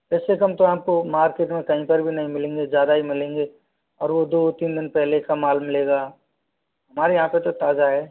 इससे कम तो आपको मार्केट में कहीं पर भी नहीं मिलेंगे ज़्यादा ही मिलेंगे और वो दो तीन दिन पहले का माल मिलेगा हमारे यहाँ पे तो ताज़ा है